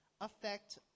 affect